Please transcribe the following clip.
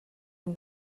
амь